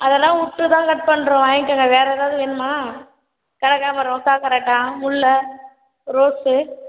அதெல்லாம் விட்டு தான் கட் பண்ணுறோம் வாங்கிக்கோங்க வேறு ஏதாவது வேணுமா கனகாமரம் காக்கரட்டான் முல்லை ரோஸ்ஸு